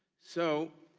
so